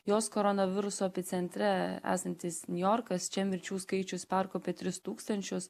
jos koronaviruso epicentre esantis niujorkas čia mirčių skaičius perkopė tris tūkstančius